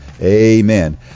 Amen